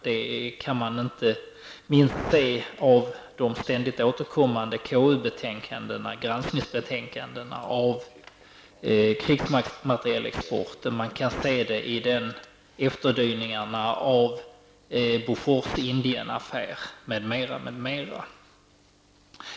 Det kan man inte minst se av den i konstitutionsutskottets betänkanden ständigt återkommande granskningen av krigsmaterielexporten. Man kan se det i efterdyningarna av Bofors--Indien-affären m.m.